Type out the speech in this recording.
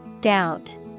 Doubt